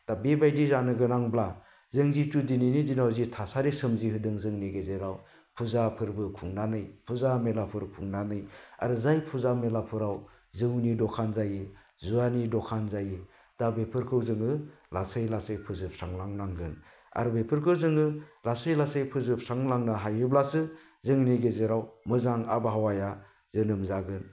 दा बेबायदि जानो गोनांब्ला जों जिथु दिनैनि दिनाव जि थासारि सोमजिहोदों जोंनि गेजेराव फुजा फोरबो खुंनानै फुजा मेलाफोर खुंनानै आरो जाय फुजा मेलाफोराव जौनि दखान जायो जुवानि दखान जायो दा बेफोरखौ जोङो लासै लासै फोजोबस्रांलां नांगोन आरो बेफोरखौ जोङो लासै लासै फोजोबस्रांलांनो हायोब्लासो जोंनि गेजेराव मोजां आबहावाया जोनोम जागोन